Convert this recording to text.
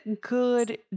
good